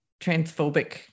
transphobic